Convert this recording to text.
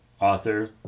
author